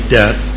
death